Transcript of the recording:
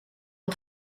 een